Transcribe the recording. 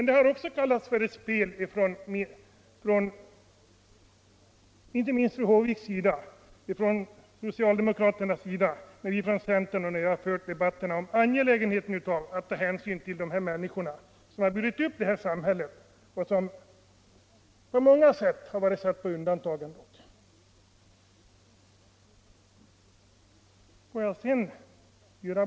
Det har emellertid också av socialdemokraterna och inte minst av fru Håvik kallats för ett spel, när vi från centern fört debatterna om sänkning av pensionsåldern och angelägenheten av att ta hänsyn till de människor, som burit upp det här samhället och som på många sätt ändå har varit satta på undantag.